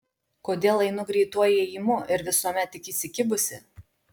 kodėl einu greituoju ėjimu ir visuomet tik įsikibusi